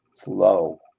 flow